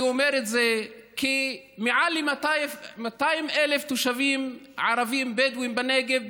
אני אומר את זה כי יש מעל 200,000 תושבים ערבים בדואים בנגב,